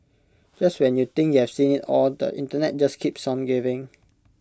just when you think you have seen IT all the Internet just keeps on giving